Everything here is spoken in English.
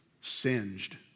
singed